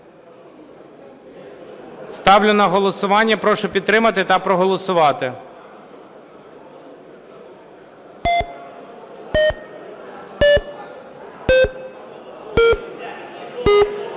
Ставлю на голосування. Прошу підтримати та проголосувати.